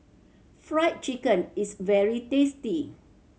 Fried Chicken is very tasty